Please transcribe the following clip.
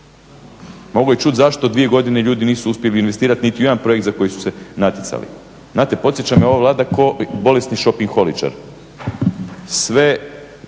Mogao je čuti zašto dvije godine ljudi nisu uspjeli investirati niti u jedan projekt za koji su se natjecali. Znate, podsjeća me ova Vlada kao bolesni shoppingholičar